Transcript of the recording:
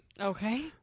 Okay